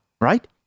right